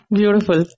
Beautiful